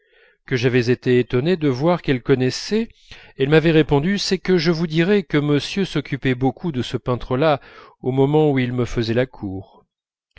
que j'avais été étonné de voir qu'elle connaissait elle m'avait répondu c'est que je vous dirai que monsieur s'occupait beaucoup de ce peintre là au moment où il me faisait la cour